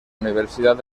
universidad